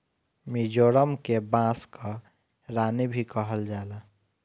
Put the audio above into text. मिजोरम के बांस कअ रानी भी कहल जाला